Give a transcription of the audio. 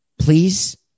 Please